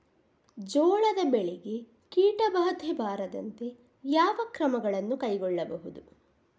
ಜೋಳದ ಬೆಳೆಗೆ ಕೀಟಬಾಧೆ ಬಾರದಂತೆ ಯಾವ ಕ್ರಮಗಳನ್ನು ಕೈಗೊಳ್ಳಬಹುದು?